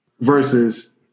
versus